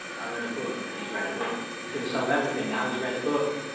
i read a book. he's read a book! he's gonna solve everything now, he's read a book!